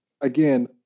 again